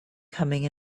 coming